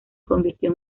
convirtió